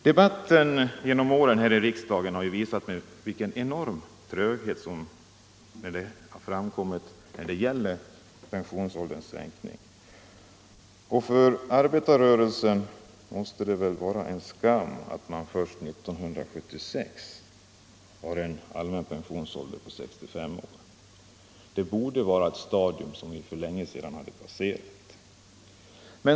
Debatten genom åren här i riksdagen har visat vilken enorm tröghet som råder i fråga om pensionsålderssänkningen. För arbetarrörelsen måste det väl vara en skam att man först 1976 har en allmän pensionsålder på 65 år. Det borde vara ett stadium som vi för länge sedan passerat.